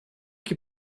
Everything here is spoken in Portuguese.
que